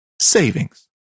savings